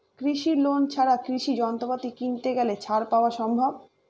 কৃষি লোন ছাড়া কৃষি যন্ত্রপাতি কিনতে গেলে ছাড় পাওয়া সম্ভব?